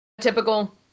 Typical